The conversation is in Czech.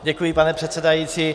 Děkuji, pane předsedající.